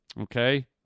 Okay